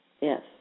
yes